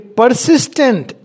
persistent